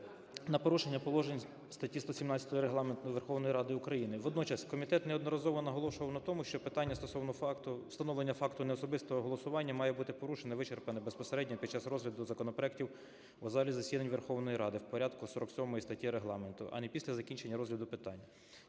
на порушення положень статті 117 Регламенту Верховної Ради України. Водночас комітет неодноразово наголошував на тому, що питання стосовно встановлення факту неособистого голосування має бути порушено, вичерпане безпосередньо під час розгляду законопроектів в залі засідань Верховної Ради в порядку статті 47 Регламенту, а не після закінчення розгляду питань